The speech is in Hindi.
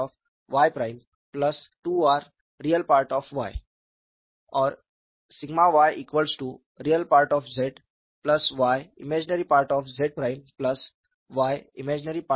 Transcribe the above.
इसे xReZ yImZ′ yImY2rReY